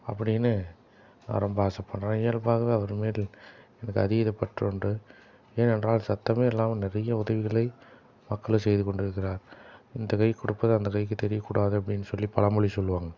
அப்படின்னு நான் ரொம்ப ஆசைப்பட்றேன் இயல்பாகவே அவருமேல் எனக்கு அதீத பற்று உண்டு ஏனென்றால் சத்தமே இல்லாமல் நிறைய உதவிகளை மக்களுக்கு செய்து கொண்டிருக்கிறார் இந்த கைக்கு கொடுப்பது அந்த கைக்கு தெரியக்கூடாது அப்படின்னு சொல்லி பழமொழி சொல்லுவாங்க